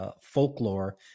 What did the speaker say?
Folklore